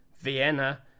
Vienna